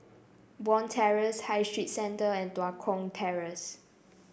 Bond Terrace High Street Centre and Tua Kong Terrace